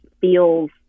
feels